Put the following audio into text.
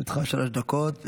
בבקשה, לרשותך שלוש דקות.